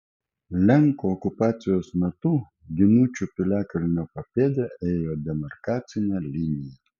lenkų okupacijos metu ginučių piliakalnio papėde ėjo demarkacinė linija